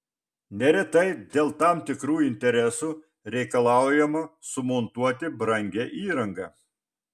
neretai dėl tam tikrų interesų reikalaujama sumontuoti brangią įrangą